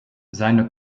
seine